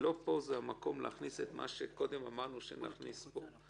שלא פה המקום להכניס מה שקודם אמרנו שנכניס פה.